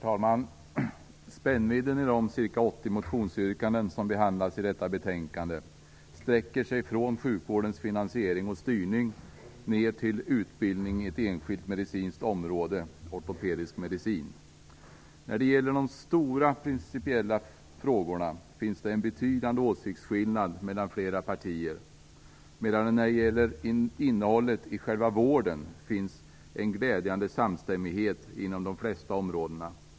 Herr talman! Spännvidden i de ca 80 motionsyrkanden som behandlas i detta betänkande sträcker sig från sjukvårdens finansiering och styrning till utbildning på ett enskilt medicinskt område, ortopedisk medicin. När det gäller de stora principiella frågorna finns det en betydande åsiktsskillnad mellan flera partier. När det gäller innehållet i själva vården finns det däremot en glädjande samstämmighet inom de flesta områden.